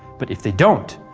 but if they don't,